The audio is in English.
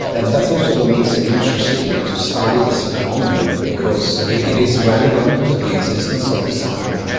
and that's also what makes it interesting to study this phenomenon because it is relevant to the existence of this animal.